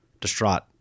distraught